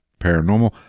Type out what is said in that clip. paranormal